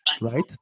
right